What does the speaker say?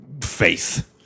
faith